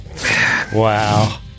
Wow